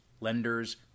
lenders